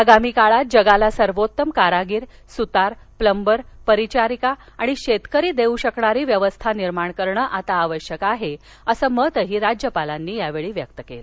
येणाऱ्या काळात जगाला सर्वोत्तम कारागीर सुतार प्लंबर परिचारिका आणि शेतकरी देऊ शकणारी व्यवस्था निर्माण करणं आवश्यक असल्याचं मत राज्यपालांनी यावेळी व्यक्त केलं